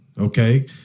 Okay